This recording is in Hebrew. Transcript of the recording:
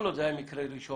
כל עוד זה היה מקרה ראשון,